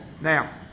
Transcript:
Now